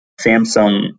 Samsung